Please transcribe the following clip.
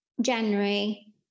january